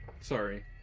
sorry